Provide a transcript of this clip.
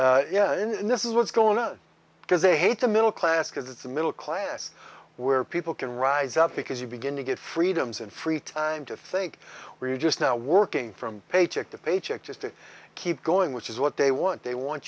man yeah and this is what's going on because they hate the middle class because it's the middle class where people can rise up because you begin to get freedoms and free time to think where you just now working from paycheck to paycheck just to keep going which is what they want they want